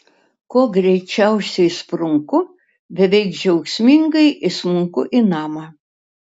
kuo greičiausiai sprunku beveik džiaugsmingai įsmunku į namą